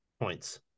points